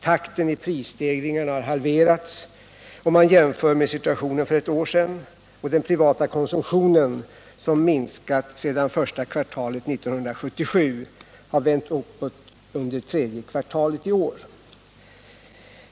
Takten i prisstegringarna har halverats, om man jämför med situationen för ett år sedan, och den privata konsumtionen, som minskat sedan första kvartalet 1977, har vänt uppåt under tredje kvartalet i år.